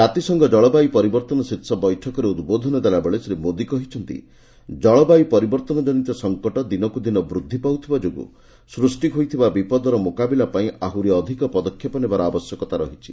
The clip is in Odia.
ଜାତିସଂଘ ଜଳବାୟୁ ପରିବର୍ତ୍ତନ ଶୀର୍ଷ ବୈଠକରେ ଉଦ୍ବୋଧନ ଦେଲାବେଳେ ଶ୍ରୀ ମୋଦୀ କହିଛନ୍ତି ଜଳବାୟୁ ପରିବର୍ତ୍ତନ ଜନିତ ସଂକଟ ଦିନକୁ ଦିନ ବୃଦ୍ଧି ପାଉଥିବା ଯୋଗୁଁ ସୃଷ୍ଟି ହୋଇଥିବା ବିପଦର ମୁକାବିଲା ପାଇଁ ଆହୁରି ଅଧିକ ପଦକ୍ଷେପ ନେବାର ଆବଶ୍ୟକ ରହିଛି